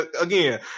again